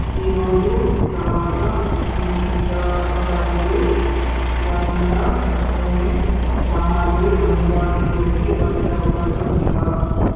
ఈరోజు తరువాత మి మిఠా మిఠాయిలు వంట నూనె సామాగ్రి అందుబాటులోకి వచ్చే అవకాశం ఉందా